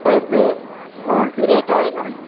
ऐसे कौन से रेट आएगा